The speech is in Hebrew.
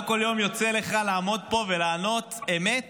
לא כל יום יוצא לך לעמוד פה ולענות אמת